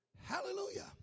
Hallelujah